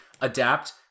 adapt